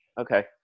Okay